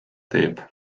teeb